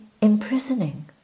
imprisoning